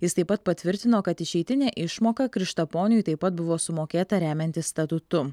jis taip pat patvirtino kad išeitinė išmoka krištaponiui taip pat buvo sumokėta remiantis statutu